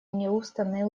неустанные